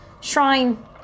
Shrine